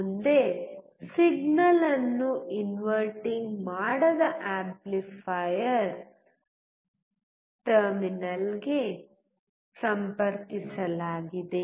ಮುಂದೆ ಸಿಗ್ನಲ್ ಅನ್ನು ಇನ್ವರ್ಟಿಂಗ್ ಮಾಡದ ಆಂಪ್ಲಿಫಯರ್ ಟರ್ಮಿನಲ್ಗೆ ಸಂಪರ್ಕಿಸಲಾಗಿದೆ